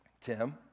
Tim